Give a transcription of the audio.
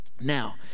Now